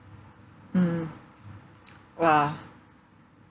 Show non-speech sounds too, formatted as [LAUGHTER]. mm [NOISE] !wah!